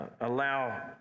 allow